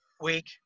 week